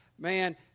Man